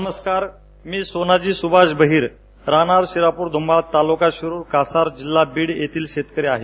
नमस्कार मी सोनाजी सुभाष बहीर राहणार शिरापूर धुमाळ तालुका शिरुर कासार जिल्हा बीड येथील शेतकरी आहे